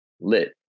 lit